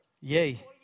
Yay